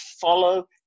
follow